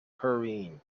hurrying